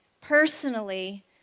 personally